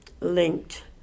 linked